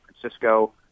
Francisco